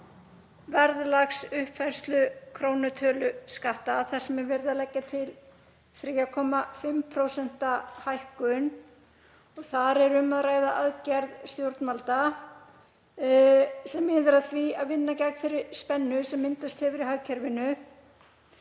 verðlagsuppfærslu krónutöluskatta þar sem er verið að leggja til 3,5% hækkun. Þar er um að ræða aðgerð stjórnvalda sem miðar að því að vinna gegn þeirri spennu sem myndast hefur í hagkerfinu